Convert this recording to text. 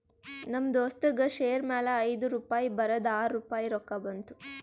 ನಮ್ ದೋಸ್ತಗ್ ಶೇರ್ ಮ್ಯಾಲ ಐಯ್ದು ರುಪಾಯಿ ಬರದ್ ಆರ್ ರುಪಾಯಿ ರೊಕ್ಕಾ ಬಂತು